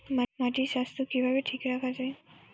মাটির স্বাস্থ্য কিভাবে ঠিক রাখা যায়?